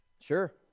Sure